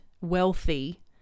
wealthy